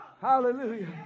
Hallelujah